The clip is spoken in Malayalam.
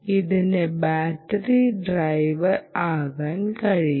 ഇതിന് ബാറ്ററി ഡ്രൈവർ ആകാൻ കഴിയും